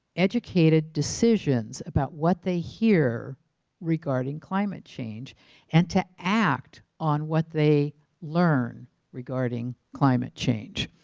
educated decisions about what they hear regarding climate change and to act on what they learn regarding climate change.